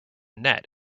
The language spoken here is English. net